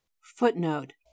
footnote